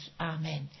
Amen